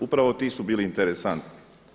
Upravo ti su bili interesantni.